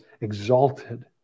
exalted